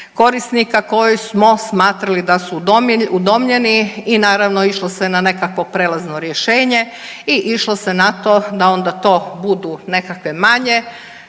korisnika koje smo smatrali da su udomljeni i naravno išlo se na nekakvo prijelazno rješenje i išlo se na to da onda to budu nekakve manje